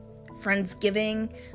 Friendsgiving